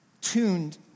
tuned